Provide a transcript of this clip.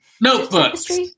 Notebooks